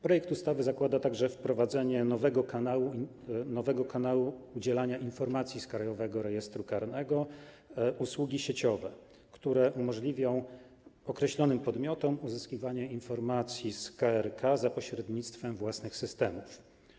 Projekt ustawy zakłada także wprowadzenie nowego kanału udzielania informacji z Krajowego Rejestru Karnego: usługi sieciowej, która umożliwi określonym podmiotom uzyskiwanie informacji z KRK za pośrednictwem własnych systemów.